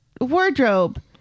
wardrobe